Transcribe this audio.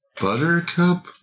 Buttercup